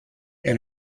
and